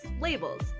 labels